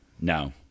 No